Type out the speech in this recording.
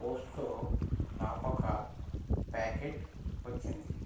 పోస్టులో నాకొక ప్యాకెట్ వచ్చింది